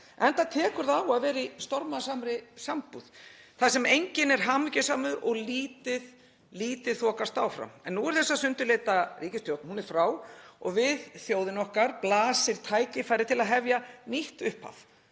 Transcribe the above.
enda tekur það á að vera í stormasamri sambúð þar sem enginn er hamingjusamur og lítið þokast áfram. En nú er þessi sundurleita ríkisstjórn frá og við þjóðinni okkar blasir tækifæri til að hefja nýtt upphaf,